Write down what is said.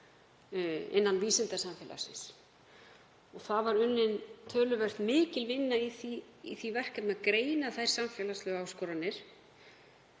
innan vísindasamfélagsins. Unnin var töluvert mikil vinna í því verkefni að greina þær samfélagslegu áskoranir.